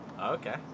Okay